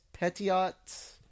Petiot